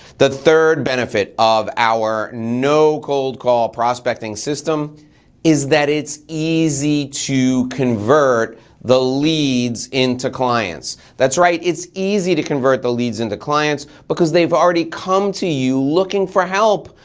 the third benefit of our no cold call prospecting system is that it's easy to to convert the leads into clients. that's right, it's easy to convert the leads into clients because they've already come to you looking for help.